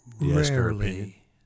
Rarely